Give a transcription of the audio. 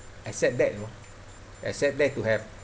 accept that you know accept that you have